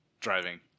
driving